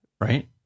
right